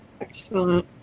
Excellent